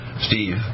Steve